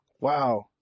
wow